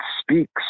speaks